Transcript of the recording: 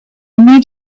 need